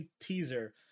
teaser